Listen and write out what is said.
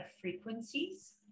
frequencies